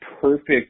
perfect